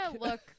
look